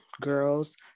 girls